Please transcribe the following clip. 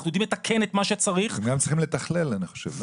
אנחנו יודעים לתקן את מה שצריך --- צריכים לתכלל אני חושב.